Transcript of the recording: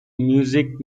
music